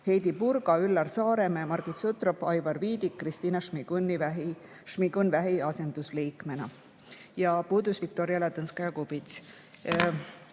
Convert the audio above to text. Heidy Purga, Üllar Saaremäe, Margit Sutrop, Aivar Viidik Kristina Šmigun-Vähi asendusliikmena, puudus Viktoria Ladõnskaja-Kubits.